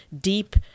deep